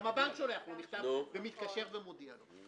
גם הבנק שולח לו מכתב, מתקשר ומודיע לו.